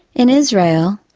in israel,